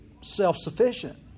self-sufficient